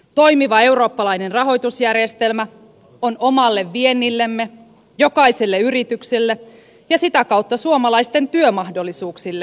toimiva eurooppalainen rahoitusjärjestelmä on omalle viennillemme jokaiselle yritykselle ja sitä kautta suomalaisten työmahdollisuuksille välttämätöntä